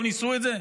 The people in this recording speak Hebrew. לא ניסו את זה?